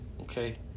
okay